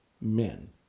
men